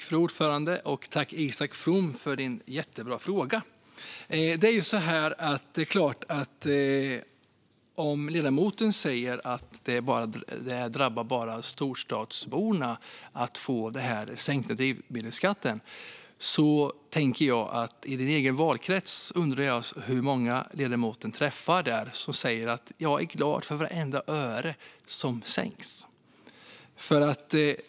Fru talman! Tack, Isak From, för en jättebra fråga! Om ledamoten säger att det bara är storstadsborna som får den sänkta drivmedelsskatten undrar jag hur många i den egna valkretsen som ledamoten träffar som säger: Jag är glad för vartenda öre som sänks.